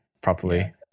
properly